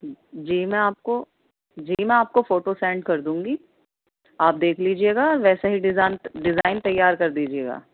جی میں آپ کو جی میں آپ کو فوٹو سینڈ کر دوں گی آپ دیکھ لیجیے گا ویسا ہی ڈیزان ڈیزائن تیار کر دیجیے گا